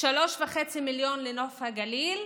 3.5 מיליון לנוף הגליל,